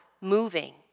moving